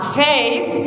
faith